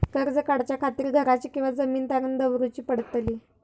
कर्ज काढच्या खातीर घराची किंवा जमीन तारण दवरूची पडतली?